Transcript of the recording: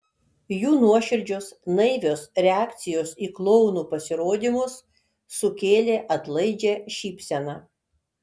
jų nuoširdžios naivios reakcijos į klounų pasirodymus sukėlė atlaidžią šypseną